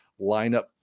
lineup